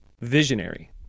visionary